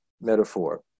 metaphor